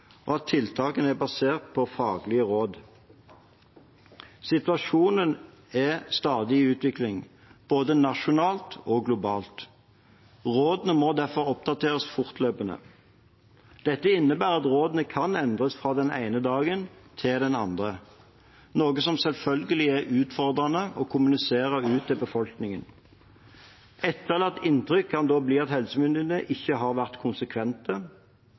og av at tiltakene er basert på faglige råd. Situasjonen er i stadig utvikling, både nasjonalt og globalt. Rådene må derfor oppdateres fortløpende. Dette innebærer at rådene kan endres fra den ene dagen til den andre, noe som selvfølgelig er utfordrende å kommunisere ut til befolkningen. Etterlatt inntrykk kan da bli at helsemyndighetene ikke har vært konsekvente.